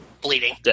bleeding